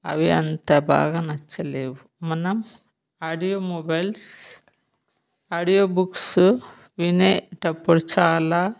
అవి అంత బాగా నచ్చలేవు మనం ఆడియో మొబైల్స్ ఆడియో బుక్స్ వినేటప్పుడు చాలా